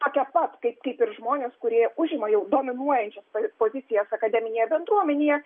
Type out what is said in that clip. tokie pat kaip kaip ir žmonės kurie užima dominuojančias pozicijas akademinėje bendruomenėje